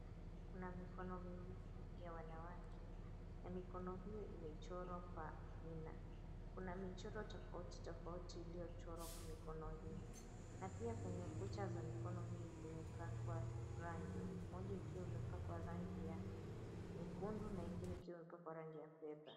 Kuna mikono miwili ya wanawake. Mikono hio imechorwa kwa hina. Kuna michoro tofauti tofauti iliyochorwa kwa mikono hio, na pia kwenye kucha za mikono hio zimepakwa rangi, moja ikiwa imepakwa rangi ya nyekundu na ingine ikiwa imepakwa rangi ya kweba.